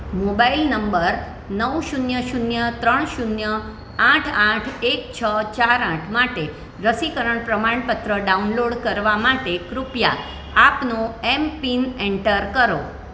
mobile number નવ શૂન્ય શૂન્ય ત્રણ શૂન્ય આઠ આઠ એક છ ચાર આઠ માટે રસીકરણ પ્રમાણપત્ર ડાઉનલોડ કરવા માટે કૃપયા આપનો એમપિન એન્ટર કરો